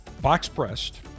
box-pressed